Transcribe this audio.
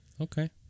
okay